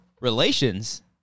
Relations